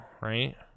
right